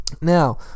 Now